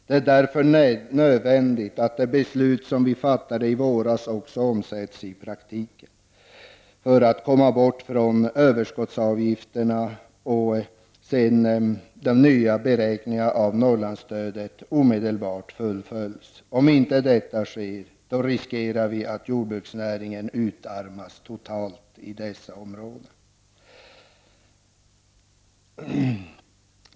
Det är därför nu nödvändigt att det beslut som vi fattade i våras omsätts i praktiken för att man skall komma bort från överskottsavgifterna och att den nya beräkningen av Norrlandsstödet omedelbart fullföljs. Om inte detta sker, riskerar vi att jordbruksnäringen utarmas totalt i dessa områden.